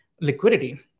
liquidity